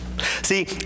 See